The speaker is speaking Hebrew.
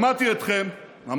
שמעתי אתכם, פששש.